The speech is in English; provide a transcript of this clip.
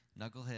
knucklehead